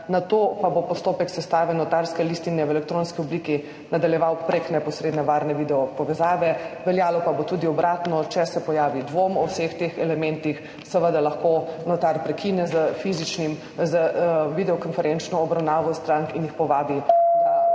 nato pa bo postopek sestave notarske listine v elektronski obliki nadaljeval prek neposredne varne video povezave. Veljalo pa bo tudi obratno. Če se pojavi dvom o vseh teh elementih, seveda lahko notar prekine z videokonferenčno obravnavo strank in jih povabi, da